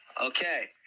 okay